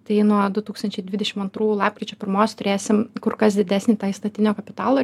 tai nuo du tūkstančiai dvidešim antrų lapkričio pirmos turėsim kur kas didesnį tą įstatinio kapitalo